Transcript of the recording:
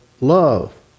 love